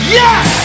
yes